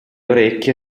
orecchie